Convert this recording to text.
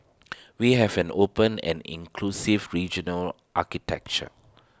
we have an open and inclusive regional architecture